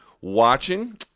watching